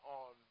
on